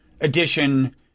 edition